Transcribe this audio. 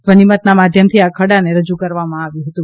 ધ્વનિમતના માધ્યમથી આ ખરડાને રજૂ કરવામાં આવ્યું હતું